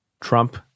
Trump